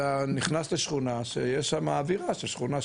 אתה נכנס לשכונה שיש שמה אווירה של שכונה,